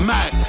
Mac